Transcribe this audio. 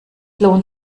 lohnt